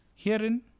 Herein